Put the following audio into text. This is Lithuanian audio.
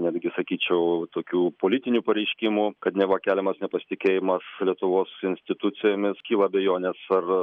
netgi sakyčiau tokių politinių pareiškimų kad neva keliamas nepasitikėjimas lietuvos institucijomis kyla abejonės ar